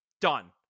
Done